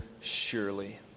surely